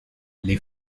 les